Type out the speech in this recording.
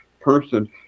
person